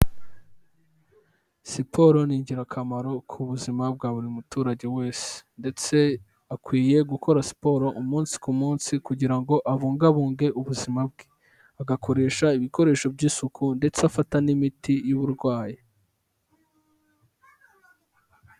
Siporo ni ingirakamaro ku buzima bwa buri muturage wese ndetse akwiye gukora siporo umunsi ku munsi kugira ngo abungabunge ubuzima bwe, agakoresha ibikoresho by'isuku ndetse afata n'imiti y'uburwayi.